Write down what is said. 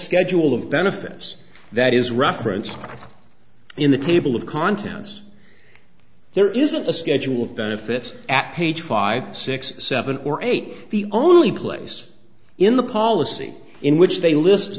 schedule of benefits that is referenced in the table of contents there isn't a schedule of benefits at page five six seven or eight the only place in the policy in which they list